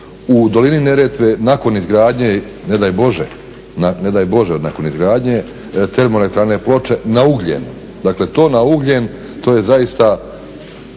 u dolini Neretve nakon izgradnje ne daj Bože, ne daj Bože nakon izgradnje termoelektrane Ploče na ugljen. Dakle, to na Ugljen to je zaista